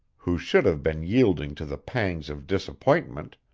who should have been yielding to the pangs of disappointment,